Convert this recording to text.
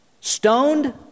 stoned